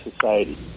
society